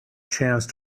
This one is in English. chance